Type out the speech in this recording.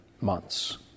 months